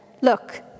Look